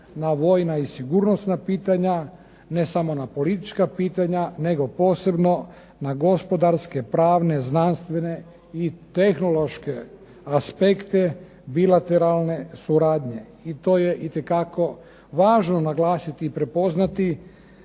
na vojna i sigurnosna pitanja, ne samo na politička pitanja nego posebno na gospodarske, pravne, znanstvene i tehnološke aspekte bilateralne suradnje i to je itekako važno naglasiti i prepoznati